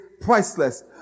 priceless